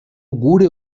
gure